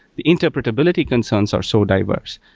the interpretability concerns are so diverse.